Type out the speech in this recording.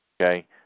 okay